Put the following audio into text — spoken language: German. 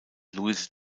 louise